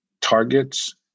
targets